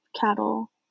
cattle